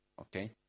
Okay